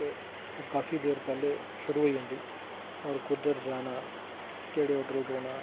ते ओह् काफी देर पैहले शूरु होई जंदी होर कुद्धर जाना केह्ड़े होटल रौह्ना